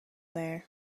there